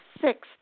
sixth